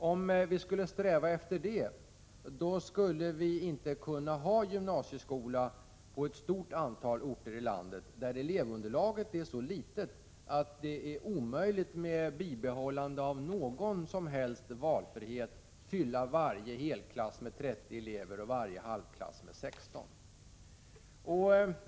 Om vi skulle sträva efter det, skulle vi inte kunna ha gymnasieskolor på ett stort antal orter i landet, där elevunderlaget är så litet att det är omöjligt att med bibehållande av någon som helst valfrihet fylla varje helklass med 30 elever och varje halvklass med 16 elever.